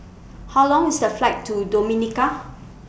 How Long IS The Flight to Dominica